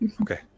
okay